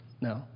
No